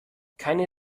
keine